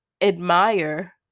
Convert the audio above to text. admire